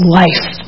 life